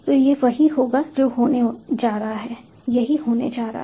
तो यह वही होगा जो होने जा रहा है यही होने जा रहा है